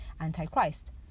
antichrist